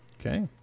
Okay